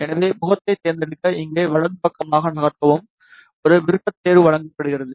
எனவே முகத்தைத் தேர்ந்தெடுக்க இங்கே வலது பக்கமாக நகர்த்தவும் ஒரு விருப்பத்தேர்வு வழங்கப்படுகிறது